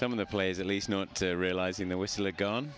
some of the plays at least not realizing they were still a gun